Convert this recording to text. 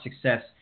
success